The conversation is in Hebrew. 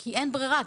כי אין ברירה,